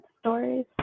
stories